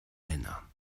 männer